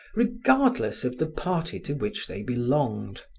regardless of the party to which they belonged.